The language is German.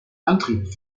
antriebe